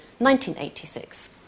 1986